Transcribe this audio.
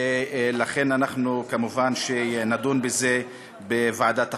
ולכן כמובן נדון בזה בוועדת החוקה.